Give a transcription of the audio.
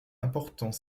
important